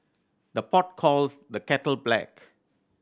the pot calls the kettle black